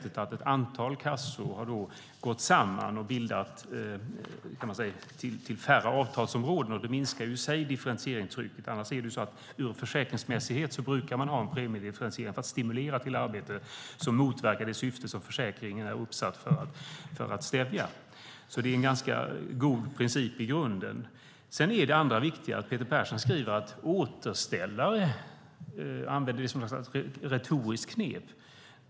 Ett antal kassor har gått samman och det har lett till färre avtalsområden. Det i sig minskar differentieringstrycket. Annars brukar man av försäkringsmässighet ha en premiedifferentiering för att stimulera till arbete, vilket motverkar det syfte som försäkringen är uppsatt att stävja. Det är en i grunden god princip. Det andra viktiga är att Peter Persson använder återställare som ett slags retoriskt knep.